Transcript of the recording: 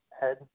head